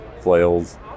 flails